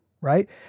right